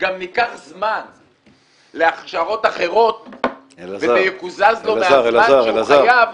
ניקח זמן להכשרות אחרות וזה יקוזז לו מהזמן שהוא חייב,